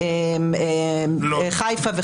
חיפה,